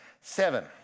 seven